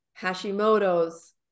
Hashimoto's